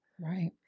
Right